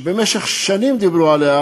שבמשך שנים דיברו עליה